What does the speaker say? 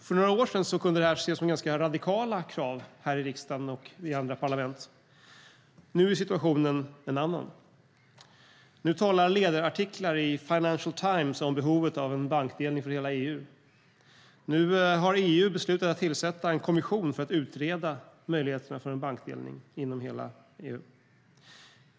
För några år sedan kunde detta ses som ganska radikala krav här i riksdagen och i andra parlament. Nu är situationen en annan. Nu talar ledarartiklar i Financial Times om behovet av en bankdelning för hela EU. Nu har EU beslutat att tillsätta en kommission för att utreda möjligheten till en bankdelning inom hela EU.